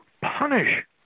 punish